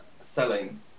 selling